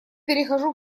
перехожу